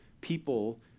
people